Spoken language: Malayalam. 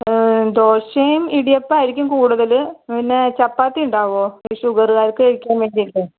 ദോശയും ഇടിയപ്പവും ആയിരിക്കും കൂടുതല് പിന്നെ ചപ്പാത്തി ഉണ്ടാകുമോ ഷുഗറുകാർക്ക് കഴിക്കാൻ വേണ്ടിയിട്ടാണെ